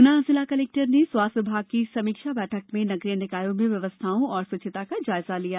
गुना जिला कलेक्टर ने स्वास्थ्य विभाग की समीक्षा बैठक में नगरीय निकायों में व्यवस्थाओं और स्वच्छता का जायजा लिया